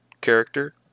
character